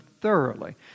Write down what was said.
thoroughly